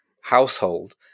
household